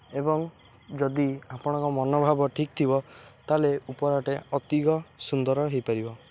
ଏବଂ ଯଦି ଆପଣଙ୍କ ମନୋଭାବ ଠିକ୍ ଥିବ ତା'ହେଲେ ଉପହାରଟି ଅଧିକ ସୁନ୍ଦର ଲାଗିବ